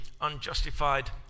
unjustified